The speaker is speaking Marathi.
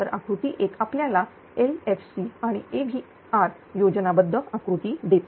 तर आकृती एक आपल्याला LFC आणि आणि AVR योजनाबद्ध आकृती देते